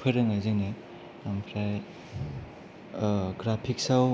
फोरोङो जोंनो ओमफ्राय ग्राफिक्साव